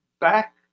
back